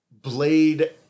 Blade